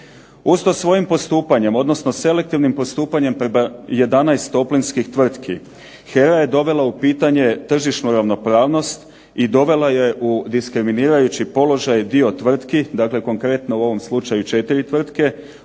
Uz to svojim postupanjem odnosno selektivnim postupanjem prema 11 toplinskih tvrtki, HERA je dovela u pitanje tržišnu ravnopravnost i dovela je u diskriminirajući položaj nekoliko tvrtki, dakle konkretno u ovom slučaju 4 tvrtke,